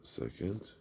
second